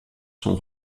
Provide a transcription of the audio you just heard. sont